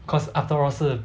cause afterall 是